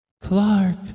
Clark